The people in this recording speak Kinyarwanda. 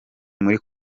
muri